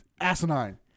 asinine